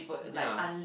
ya